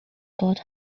god